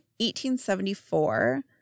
1874